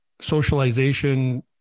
socialization